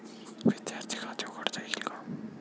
विद्यार्थी खाते उघडता येईल का?